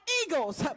eagles